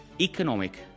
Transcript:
economic